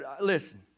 Listen